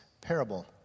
parable